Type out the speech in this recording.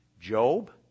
Job